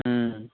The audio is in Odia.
ହୁଁ